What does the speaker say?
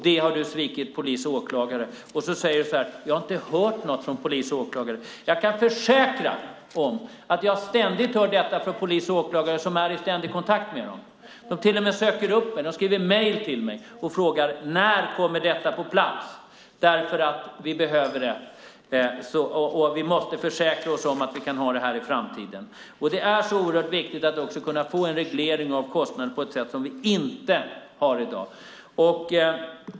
Där har du svikit polis och åklagare, och så säger du att du inte har hört något från polis och åklagare. Jag kan försäkra dig om att jag ständigt hör detta från polis och åklagare eftersom jag är i ständig kontakt med dem. De till och med söker upp mig. De skriver mejl till mig och frågar: När kommer detta på plats? Vi behöver det. Vi måste försäkra oss om att vi kan ha det i framtiden. Det är oerhört viktigt att kunna få en reglering av kostnaden på ett sätt som vi inte har i dag.